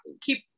keep